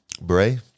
Bray